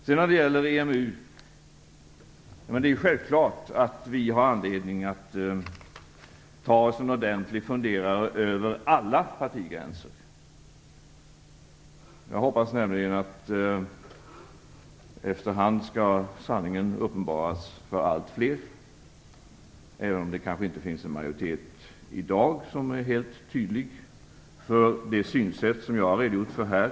När det gäller EMU vill jag säga att det är självklart att vi har anledning att ta oss en ordentlig funderare över alla partigränser. Jag hoppas nämligen att sanningen efter hand skall uppenbaras för allt fler, även om det i dag kanske inte finns någon helt tydlig majoritet för det synsätt som jag har redogjort för här.